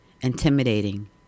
intimidating